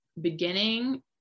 beginning